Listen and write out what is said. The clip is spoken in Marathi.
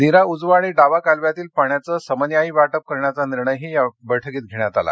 निरा उजवा आणि डावा कालव्यातील पाण्याचं समन्यायी वाटप करण्याचा निर्णयही या बैठकीत घेण्यात आला